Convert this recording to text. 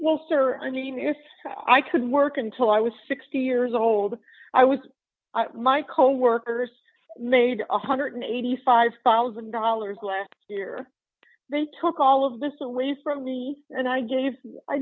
well sir i mean if i could work until i was sixty years old i was my coworkers made one hundred and eighty five thousand dollars last year they took all of this away from me and i